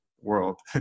world